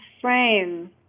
frame